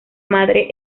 madre